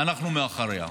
אנחנו מאחוריה,